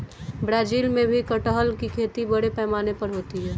Brazil में भी कटहल की खेती बड़े पैमाने पर होती है